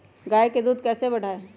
गाय का दूध कैसे बढ़ाये?